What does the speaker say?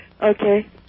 Okay